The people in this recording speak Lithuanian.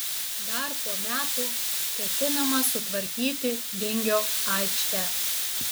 dar po metų ketinama sutvarkyti vingio aikštę